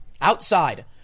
outside